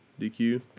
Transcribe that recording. DQ